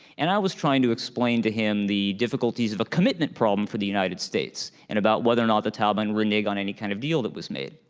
and i was trying to explain to him the difficulties of a commitment problem for the united states and about whether or not the taliban would renege on any kind of deal that was made,